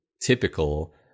typical